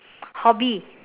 hobby